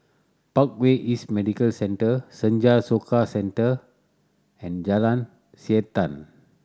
Parkway East Medical Centre Senja Soka Centre and Jalan Siantan